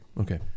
Okay